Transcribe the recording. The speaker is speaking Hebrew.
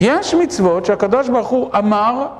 יש מצוות שהקדוש ברוך הוא אמר